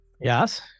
Yes